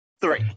three